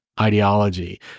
ideology